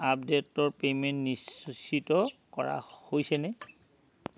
আপডেটৰ পে'মেণ্ট নিশ্চিত কৰা হৈছেনে